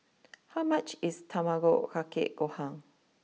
how much is Tamago Kake Gohan